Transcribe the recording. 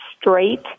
straight